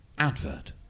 Advert